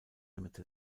ltd